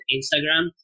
Instagram